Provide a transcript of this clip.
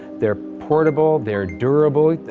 their portable, they're durable,